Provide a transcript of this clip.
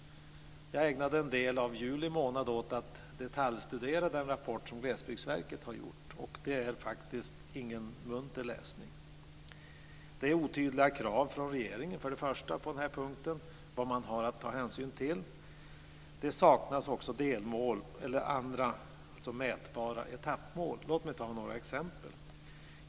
Jag ägnade en del av juli månad åt att detaljstudera den rapport som Glesbygdsverket har lämnat, och det var faktiskt ingen munter läsning. Den visade att kraven från regeringen var otydliga när det gäller vad man har att ta hänsyn till. Det saknas också delmål eller andra mätbara etappmål. Låt mig ta upp några exempel.